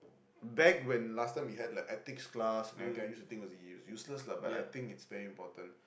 back when last time we had like ethics class and everything I used to think it was useless lah but I think it's very important